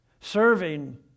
Serving